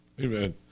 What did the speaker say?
amen